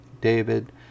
David